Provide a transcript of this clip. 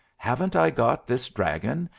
haven't i got this dragon,